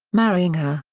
marrying her,